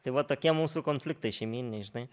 tai va tokie mūsų konfliktai šeimyniniai žinai